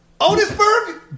Otisburg